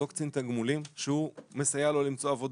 זה אותו קצין תגמולים שהוא מסייע לו למצוא עבודה.